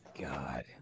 God